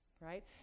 Right